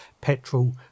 petrol